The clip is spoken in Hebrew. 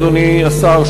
אדוני השר,